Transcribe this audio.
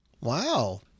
Wow